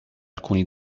alcuni